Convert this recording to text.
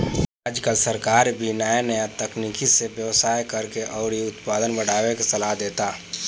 आजकल सरकार भी नाया नाया तकनीक से व्यवसाय करेके अउरी उत्पादन बढ़ावे के सालाह देता